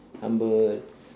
humble